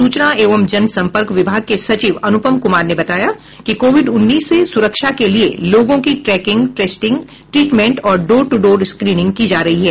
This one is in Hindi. सूचना एवं जन संपर्क विभाग के सचिव अनुपम कुमार ने बताया कि कोविड उन्नीस से सुरक्षा के लिए लोगों की ट्रैकिंग टेस्टिंग ट्रीटमेंट और डोर टू डोर स्क्रीनिंग की जा रही है